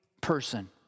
person